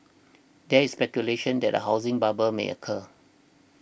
there is speculation that a housing bubble may occur